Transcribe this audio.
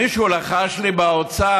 מישהו לחש לי באוצר,